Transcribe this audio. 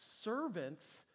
servants